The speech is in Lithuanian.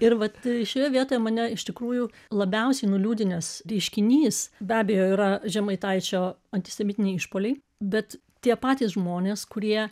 ir vat šioje vietoje mane iš tikrųjų labiausiai nuliūdinęs reiškinys be abejo yra žemaitaičio antisemitiniai išpuoliai bet tie patys žmonės kurie